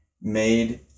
made